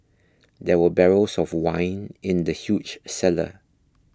there were barrels of wine in the huge cellar